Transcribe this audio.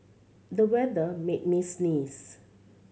the weather made me sneeze